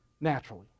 naturally